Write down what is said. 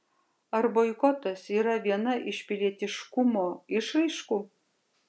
ar boikotas yra viena iš pilietiškumo išraiškų